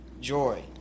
joy